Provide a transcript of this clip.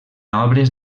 obres